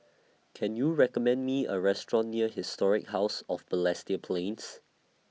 Can YOU recommend Me A Restaurant near Historic House of Balestier Plains